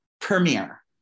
premiere